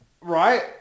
Right